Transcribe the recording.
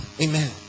Amen